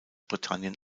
britannien